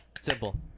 Simple